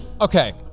Okay